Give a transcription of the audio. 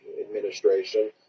administration